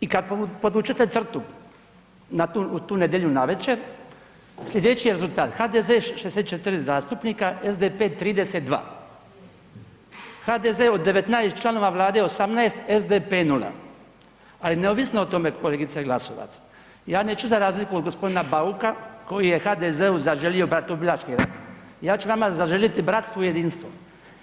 I kada podvučete crtu u tu nedjelju navečer sljedeći je rezultat, HDZ 64 zastupnika, SDP 32, HDZ od 19 članova Vlade 18, SDP 0, ali neovisno o tome kolegice Glasovac, ja neću za razliku od gospodina Bauka koji je HDZ-u zaželio bratoubilački rat, ja ću vama zaželiti bratstvo i jedinstvo